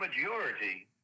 majority